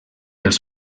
els